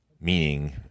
meaning